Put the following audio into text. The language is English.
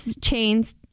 Chains